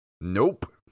Nope